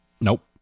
Nope